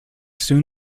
soon